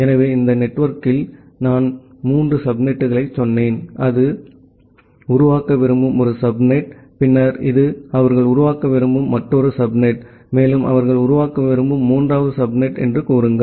எனவே இந்த நெட்வொர்க்கிற்குள் நான் மூன்று சப்நெட்டுகளைச் சொன்னேன் இது அவர்கள் உருவாக்க விரும்பும் ஒரு சப்நெட் பின்னர் இது அவர்கள் உருவாக்க விரும்பும் மற்றொரு சப்நெட் மேலும் அவர்கள் உருவாக்க விரும்பும் மூன்றாவது சப்நெட் என்று கூறுங்கள்